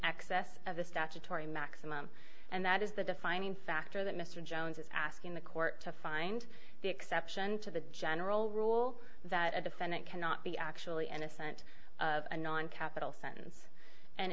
excess of a statutory maximum and that is the defining factor that mr jones is asking the court to find the exception to the general rule that a defendant cannot be actually innocent of a non capital sentence and